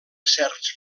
certs